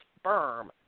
sperm